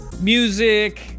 music